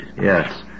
Yes